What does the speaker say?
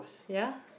ya